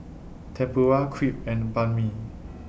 Tempura Crepe and Banh MI